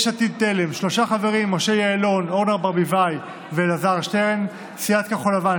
כל מיני משרדים מומצאים וכדי לאפשר תקנים בכל מיני משרדים מומצאים?